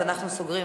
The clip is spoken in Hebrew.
אז אנחנו סוגרים.